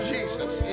Jesus